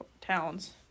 towns